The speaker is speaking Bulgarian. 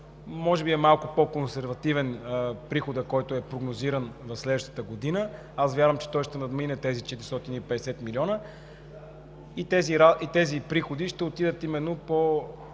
Може би е малко по консервативен приходът, който е прогнозиран в следващата година. Аз вярвам, че той ще надмине тези 450 млн. лв. и тези приходи ще отидат именно по